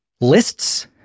lists